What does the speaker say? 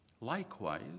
Likewise